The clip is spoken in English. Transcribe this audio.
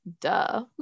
Duh